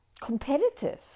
competitive